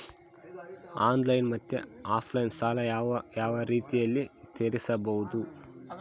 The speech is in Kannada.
ಆನ್ಲೈನ್ ಮತ್ತೆ ಆಫ್ಲೈನ್ ಸಾಲ ಯಾವ ಯಾವ ರೇತಿನಲ್ಲಿ ತೇರಿಸಬಹುದು?